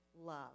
love